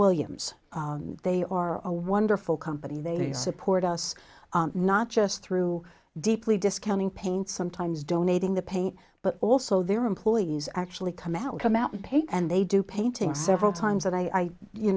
williams they are a wonderful company they support us not just through deeply discounting pain sometimes donating the pain but also their employees actually come out come out and pay and they do painting several times that i you